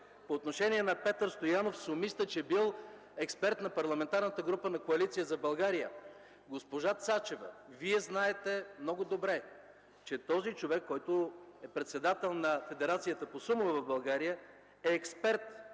по отношение на Петър Стоянов – Сумиста, че бил експерт на Парламентарната група на Коалиция за България. Госпожо Цачева, Вие знаете много добре, че този човек, който е председател на Федерацията по сумо в България, е бил експерт